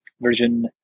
Virgin